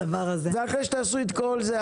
ואחרי שתעשו את כל זה,